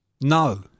No